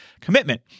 commitment